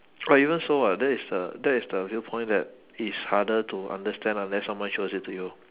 but even so what that is the that is the real point that it's harder to understand unless someone shows it to you